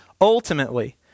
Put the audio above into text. ultimately